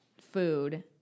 food